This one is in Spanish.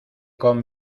con